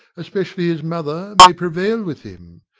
especially his mother, may prevail with him.